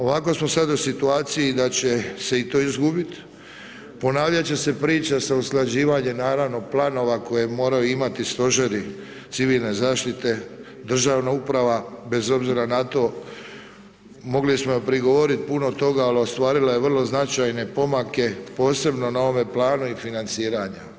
Ovako smo sad u situaciji da će se i to izgubiti, ponavljat će se priča sa usklađivanjem naravno planova kojeg moraju imati stožeri civilne zaštite, državna uprava bez obzira na to, mogli smo joj prigovoriti puno toga ali ostvarila je vrlo značajne pomake posebno na ovome planu i financiranja.